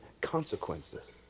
consequences